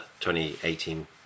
2018